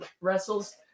wrestles